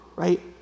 right